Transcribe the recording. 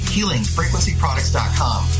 HealingFrequencyProducts.com